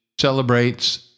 celebrates